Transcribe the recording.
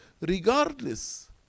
regardless